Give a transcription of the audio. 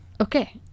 Okay